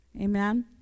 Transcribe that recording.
Amen